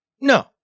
No